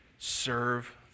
serve